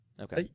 Okay